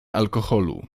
alkoholu